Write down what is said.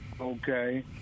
Okay